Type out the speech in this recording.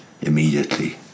immediately